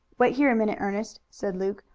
wait here a minute, ernest, said luke.